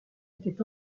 était